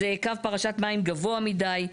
פרשת מים גבוה מדי.